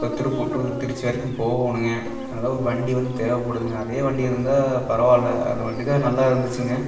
இப்போ திருப்பூர் டு திருச்சி வரைக்கும் போகணுங்க அதுதான் ஒரு வண்டி வந்து தேவைப்படுதுங்க அதே வண்டி இருந்தால் பரவாயில்ல அந்த வண்டி தான் நல்லாயிருந்துச்சிங்க